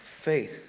faith